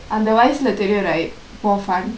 அந்த வயசுல தெரியும்:andtha vayasula theriyum right more fun